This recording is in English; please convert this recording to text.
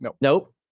Nope